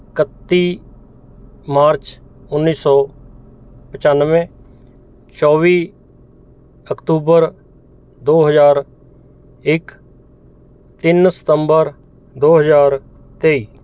ਕੱਤੀ ਮਾਰਚ ਉੱਨੀ ਸੌ ਪਚੱਨਵੇ ਚੋਵੀ ਅਕਤੂਬਰ ਦੋ ਹਜ਼ਾਰ ਇੱਕ ਤਿੰਨ ਸਤੰਬਰ ਦੋ ਹਜ਼ਾਰ ਤੇਈ